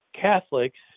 Catholics